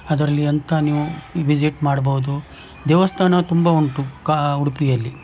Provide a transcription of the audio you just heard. ಅದರಲ್ಲಿ ಎಂಥ ನೀವು ವಿಸಿಟ್ ಮಾಡ್ಬೋದು ದೇವಸ್ಥಾನ ತುಂಬ ಉಂಟು ಕಾ ಉಡುಪಿಯಲ್ಲಿ